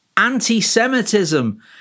Anti-Semitism